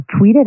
tweeted